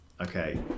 Okay